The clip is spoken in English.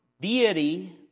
deity